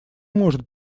может